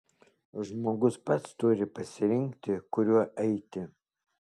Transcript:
žmogus pats turi pasirinkti kuriuo eiti